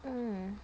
um